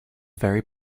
very